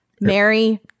Mary